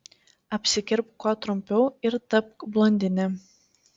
apsikirpk kuo trumpiau ir tapk blondine